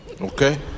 Okay